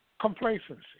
complacency